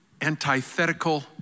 antithetical